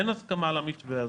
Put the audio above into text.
אין הסכמה על המתווה הזה.